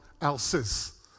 else's